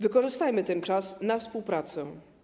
Wykorzystajmy ten czas na współpracę.